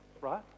right